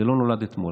זה לא נולד אתמול.